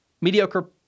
mediocre